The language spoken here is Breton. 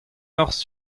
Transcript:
norzh